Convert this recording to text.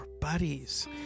buddies